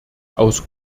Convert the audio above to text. aus